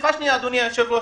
סליחה שנייה, אדוני היושב-ראש.